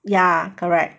ya correct